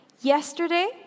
yesterday